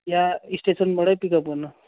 या स्टेसनबाटै पिकअप गर्नु